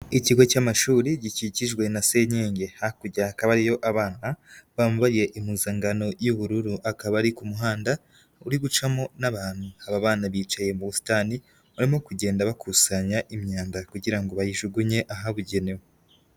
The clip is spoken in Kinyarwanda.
Ikigo cy'amashuri gikikijwe na senyenge, hakurya hakaba hariyo abana bambaye impuzangankano y'ubururu. Akaba ari ku muhanda uri gucamo n'abantu aba bana bicaye mu busitani barimo kugenda bakusanya imyanda, kugira ngo bayijugunye ahabugenewe.